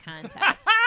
contest